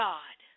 God